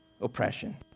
oppression